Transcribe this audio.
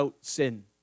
sin